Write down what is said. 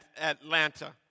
Atlanta